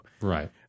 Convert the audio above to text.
right